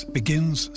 begins